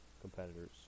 competitors